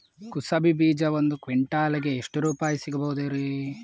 ಕುಸಬಿ ಬೀಜ ಒಂದ್ ಕ್ವಿಂಟಾಲ್ ಗೆ ಎಷ್ಟುರುಪಾಯಿ ಸಿಗಬಹುದುರೀ?